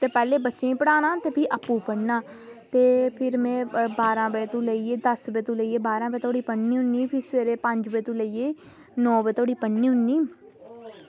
ते पैह्लें बच्चें गी पढ़ाना ते भी आपूं पढ़ना ते फिर में बारहां बजे कोला लेइयै दस्स बजे लेइयै बारां बजे धोड़ी पढ़नी होन्नी सबेरै पंज बजे कोला लेइयै नौ बजे धोड़ी पढ़नी होनी